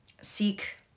Seek